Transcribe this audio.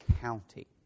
county